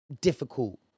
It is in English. difficult